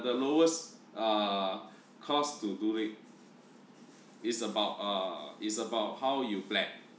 the lowest uh cost to do it it's about uh it's about how you plan